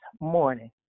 morning